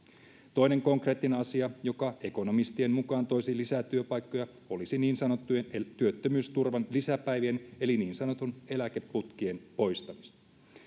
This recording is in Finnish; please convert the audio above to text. toinen konkreettinen asia joka ekonomistien mukaan toisi lisää työpaikkoja olisi niin sanottujen työttömyysturvan lisäpäivien eli niin sanotun eläkeputken poistamista